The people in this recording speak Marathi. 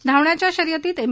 धावण्याच्या शर्यतीत एम